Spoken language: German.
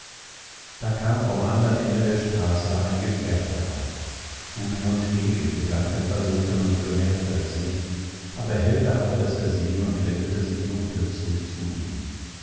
da kam vom andern ende der straße ein gefährt heran gudmund ging in gedanken versunken und bemerkte es nicht aber helga hatte es gesehen und wendete sich nun plötzlich zu ihm